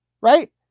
right